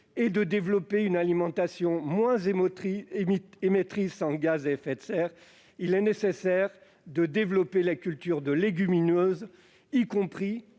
et de développer une alimentation moins émettrice en gaz à effet de serre, il est nécessaire de développer les cultures de légumineuses, y compris